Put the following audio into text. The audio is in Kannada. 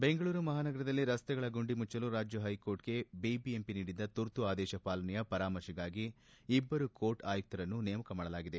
ಬೆಂಗಳೂರು ಮಹಾನಗರದಲ್ಲಿ ರಸ್ತೆಗಳ ಗುಂಡಿ ಮುಚ್ಚಲು ರಾಜ್ಯ ಪೈಕೋರ್ಟ್ ಬಿಬಿಎಂಪಿಗೆ ನೀಡಿದ್ದ ತುರ್ತು ಆದೇಶ ಪಾಲನೆಯ ಪರಾಮರ್ಶೆಗಾಗಿ ಇಬ್ಬರು ಕೋರ್ಟ್ ಆಯುಕ್ತರನ್ನು ನೇಮಕ ಮಾಡಲಾಗಿದೆ